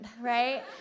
right